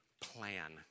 plan